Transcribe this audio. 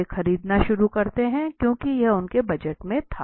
वे खरीदना शुरू करते हैं क्योंकि यह उनके बजट में था